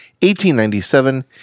1897